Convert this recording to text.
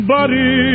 Buddy